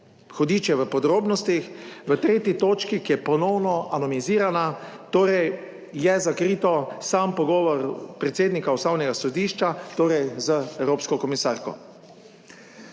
hudič je v podrobnostih. V 3. točki, ki je ponovno anonimizirana, torej je zakrito, sam pogovor predsednika Ustavnega sodišča, torej z evropsko komisarko.